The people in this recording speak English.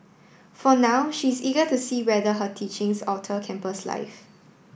for now she is eager to see whether her teachings alter campus life